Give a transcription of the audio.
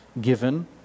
given